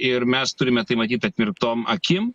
ir mes turime tai matyt atmerktom akim